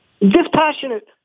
dispassionate